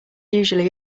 usually